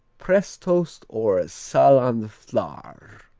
prestost or saaland flarr